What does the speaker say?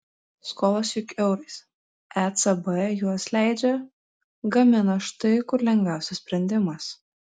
skolos juk eurais ecb juos leidžia gamina štai kur lengviausias sprendimas